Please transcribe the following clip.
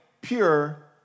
pure